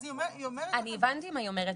אז היא אומרת -- אני הבנתי מה היא אומרת,